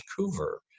Vancouver